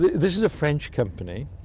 this is a french company.